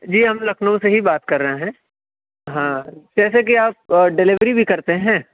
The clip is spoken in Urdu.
جی ہم لکھنؤ سے ہی بات کر رہے ہیں ہاں جیسے کہ آپ ڈلیوری بھی کرتے ہیں